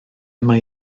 mae